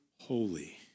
holy